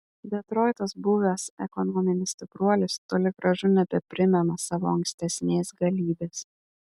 detroitas buvęs ekonominis stipruolis toli gražu nebeprimena savo ankstesnės galybės